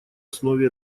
основе